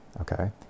Okay